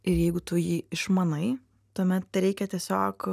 ir jeigu tu jį išmanai tuomet tereikia tiesiog